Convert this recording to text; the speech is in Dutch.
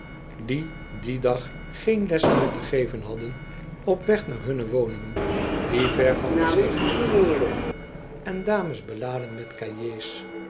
die dien dag geen les moer te geven hadden op weg naar hunne woningen die ver van de zee gelegen waren en dames beladen met cahiers